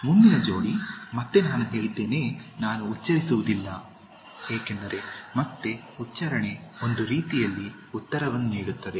ಮುಂದಿನ ಜೋಡಿ ಮತ್ತೆ ನಾನು ಹೇಳಿದ್ದೇನೆ ನಾನು ಉಚ್ಚರಿಸುವುದಿಲ್ಲ ಏಕೆಂದರೆ ಮತ್ತೆ ಉಚ್ಚಾರಣೆ ಒಂದು ರೀತಿಯಲ್ಲಿ ಉತ್ತರವನ್ನು ನೀಡುತ್ತದೆ